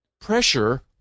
pressure